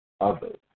others